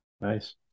nice